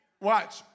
Watch